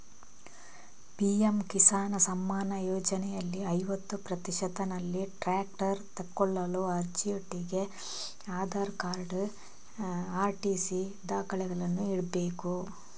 PM Kisan ಸಮ್ಮಾನ ಯೋಜನೆಯಲ್ಲಿ ಐವತ್ತು ಪ್ರತಿಶತನಲ್ಲಿ ಟ್ರ್ಯಾಕ್ಟರ್ ತೆಕೊಳ್ಳಲು ಅರ್ಜಿಯೊಟ್ಟಿಗೆ ಯಾವ ದಾಖಲೆಗಳನ್ನು ಇಡ್ಬೇಕು?